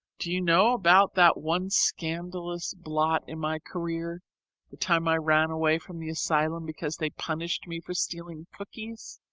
do you know about that one scandalous blot in my career the time i ran away from the asylum because they punished me for stealing cookies?